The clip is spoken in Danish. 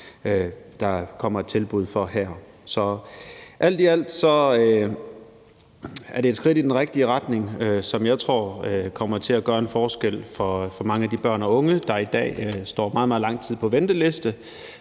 der kommer et tilbud for her. Så alt i alt er det et skridt i den rigtige retning, som jeg tror kommer til at gøre en forskel for mange af de børn og unge, der i dag står meget, meget lang tid på venteliste,